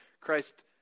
Christ